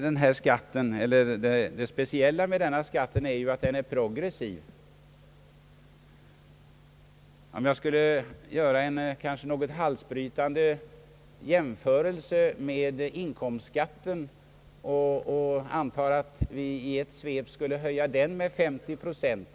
Det speciella med denna skatt är att den är progressiv. Låt mig göra en kanske något halsbrytande jämförelse med inkomstskatten och säga att vi i ett svep skulle höja den med 50 procent.